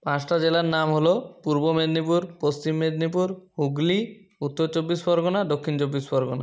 পাঁচটা জেলার নাম হলো পূর্ব মেদিনীপুর পশ্চিম মেদিনীপুর হুগলী উত্তর চব্বিশ পরগনা দক্ষিণ চব্বিশ পরগনা